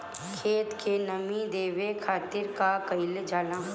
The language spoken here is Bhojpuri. खेत के नामी देवे खातिर का कइल जाला?